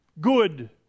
Good